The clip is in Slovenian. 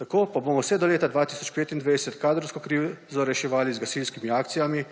Tako pa bomo vse do leta 2025 kadrovsko krizo reševali z gasilskimi akcijami